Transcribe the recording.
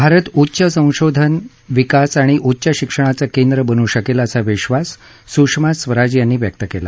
भारत उच्च संशोधन विकास आणि उच्च शिक्षणाचं केंद्र बनू शकेल असा विश्वास सुषमा स्वराज यांनी व्यक्त केला